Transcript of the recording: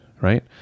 right